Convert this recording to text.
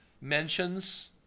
mentions